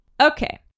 Okay